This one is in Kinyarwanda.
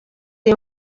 iyi